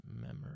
memory